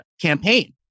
campaign